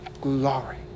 glory